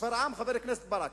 בשפרעם, חבר הכנסת ברכה,